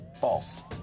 false